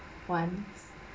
ones